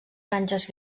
franges